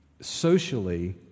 socially